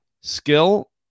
skill